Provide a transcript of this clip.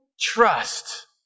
trust